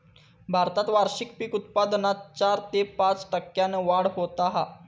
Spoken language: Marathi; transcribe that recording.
भारतात वार्षिक पीक उत्पादनात चार ते पाच टक्क्यांन वाढ होता हा